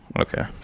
Okay